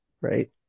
right